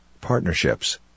partnerships